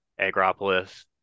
Agropolis